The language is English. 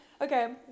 okay